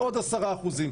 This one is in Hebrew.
זה הקצב.